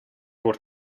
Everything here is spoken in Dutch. word